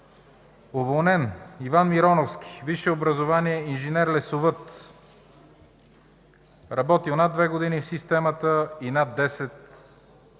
Уволнен: Иван Мироновски. Висше образование – инженер лесовъд, работил над две години в системата и над десет